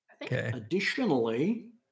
Additionally